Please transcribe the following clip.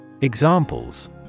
Examples